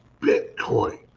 Bitcoin